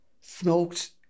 smoked